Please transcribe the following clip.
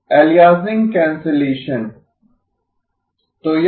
aliasing cancellation